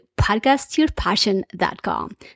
podcastyourpassion.com